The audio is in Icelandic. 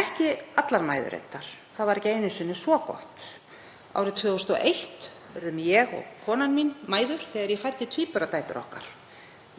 ekki allar mæður, það var ekki einu sinni svo gott. Árið 2001 urðum við konan mín mæður þegar ég fæddi tvíburadætur okkar.